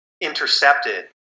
intercepted